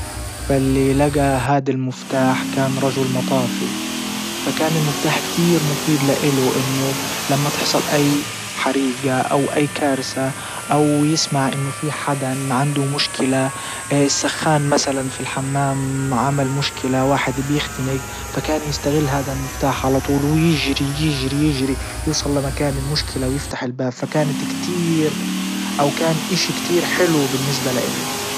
فاللي لجى هذا المفتاح كان رجل مطافي فكان المفتاح كتير مفيد لاله انه لما تحصل اي حريجة او اي كارثة او يسمع انه في حدن عنده مشكلة السخان مثلا في الحمام عمل مشكلة واحد بيختنج فكان بيستغل هادا المفتاح على طول ويجري يجري يجري يوصل لمكان المشكلة ويفتح الباب فكانت كتير او كان اشي كتير حلو بالنسبة لاله.